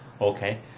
Okay